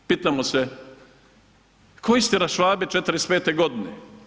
Pitamo se, tko istjera Švabe 45. godine?